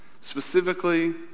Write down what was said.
specifically